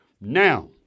now